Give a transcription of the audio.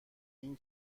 این